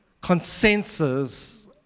consensus